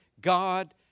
God